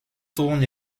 tourne